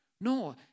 No